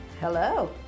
Hello